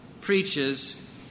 preaches